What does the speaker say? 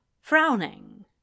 frowning